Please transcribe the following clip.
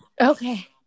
Okay